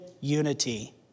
unity